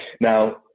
Now